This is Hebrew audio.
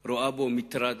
שהמשטרה רואה בו מטרד.